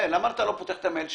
למה אתה לא פותח את המייל שלי?